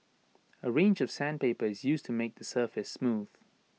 A range of sandpaper is used to make the surface smooth